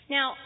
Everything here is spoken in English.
Now